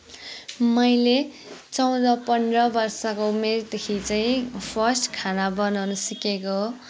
मैले चौध पन्ध्र वर्षको उमेरदेखि चाहिँ फर्स्ट खाना बनाउन सिकेको हो